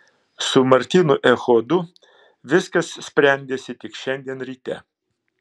su martynu echodu viskas sprendėsi tik šiandien ryte